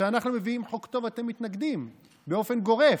כשאנחנו מביאים חוק טוב אתם מתנגדים באופן גורף.